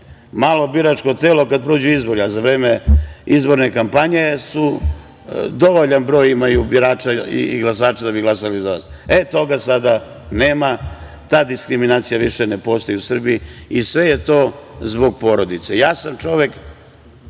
Malo biračko telo kada prođu izbori, a za vreme izborne kampanje imaju dovoljan broj birača i glasača da bi glasali za vas. Toga sada nema, ta diskriminacija više ne postoji u Srbiji i sve je to zbog porodice. Ja sam čovek